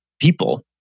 people